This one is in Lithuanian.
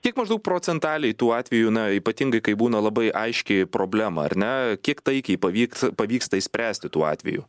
kiek maždaug procentaliai tų atvejų na ypatingai kai būna labai aiškiai problema ar ne kiek taikiai pavyks pavyksta išspręsti tų atvejų